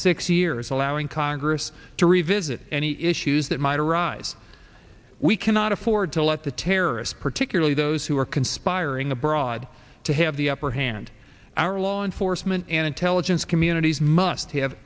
six years allowing congress to revisit any issues that might arise we cannot afford to let the terrorists particularly those who are conspiring abroad to have the upper hand our law enforcement and intelligence communities must have